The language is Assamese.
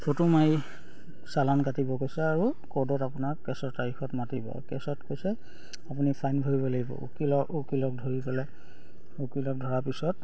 ফটো মাৰি চালান কাটিব কৈছে আৰু ক'ৰ্টত আপোনাৰ কেছৰ তাৰিখত মাতিব কেছত কৈছে আপুনি ফাইন ভৰিব লাগিব উকিল উকিলত ধৰি গ'লে উকিলত ধৰা পিছত